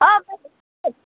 ஆ